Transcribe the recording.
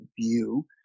view